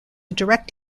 direct